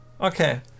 okay